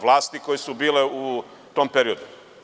Vlasti koje su bile u tom periodu.